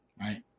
Right